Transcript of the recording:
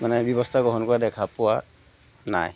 মানে ব্যৱস্থা গ্ৰহণ কৰা দেখা পোৱা নাই